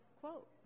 Quote